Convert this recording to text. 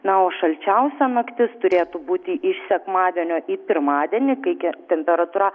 na o šalčiausia naktis turėtų būti iš sekmadienio į pirmadienį kai temperatūra